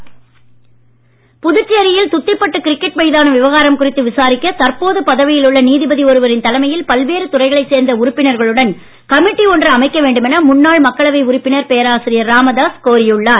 பேராசிரியர் ராமதாஸ் புதுச்சேரியில் துத்திப்பட்டு கிரிக்கெட் மைதான விவகாரம் குறித்து விசாரிக்க தற்போது பதவியில் உள்ள நீதிபதி ஒருவரின் தலைமையில் பல்வேறு துறைகளைச் சேர்ந்த உறுப்பினர்களுடன் கமிட்டி ஒன்றை அமைக்க வேண்டும் என முன்னாள் மக்களவை உறுப்பினர் பேராசிரியர் ராமதாஸ் கோரியுள்ளார்